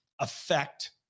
affect